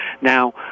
Now